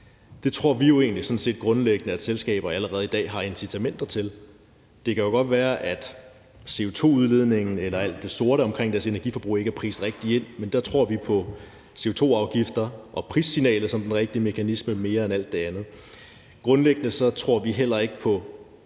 Det tror vi jo egentlig sådan set grundlæggende at selskaberne allerede i dag har incitamenter til. Det kan jo godt være, at CO2-udledningen eller alt det sorte omkring deres energiforbrug ikke er rigtigt prissat, men der tror vi mere på CO2-afgifter og prissignalet som den rigtige mekanisme end alt det andet. Grundlæggende tror vi heller ikke på